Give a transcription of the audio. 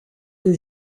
que